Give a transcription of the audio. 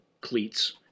cleats